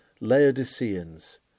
Laodiceans